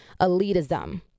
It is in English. elitism